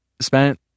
spent